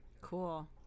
Cool